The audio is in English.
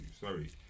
Sorry